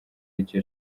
icyo